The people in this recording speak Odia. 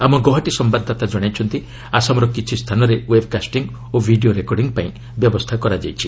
ଆମ ଗୌହାଟୀ ସମ୍ଭାଦଦାତା କଣାଇଛନ୍ତି ଆସାମର କିଛି ସ୍ଥାନରେ ଓ୍ୱେବ୍କାଷ୍ଟିଂ ଓ ଭିଡ଼ିଓ ରେକର୍ଡିଂ ପାଇଁ ବ୍ୟବସ୍ଥା କରାଯାଇଛି